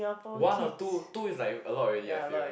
one or two two is like a lot already I feel